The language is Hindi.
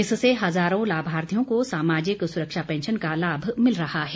इससे हज़ारों लाभार्थियों को सामाजिक सुरक्षा पैंशन का लाभ मिल रहा है